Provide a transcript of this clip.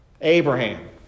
Abraham